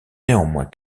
néanmoins